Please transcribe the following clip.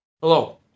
Hello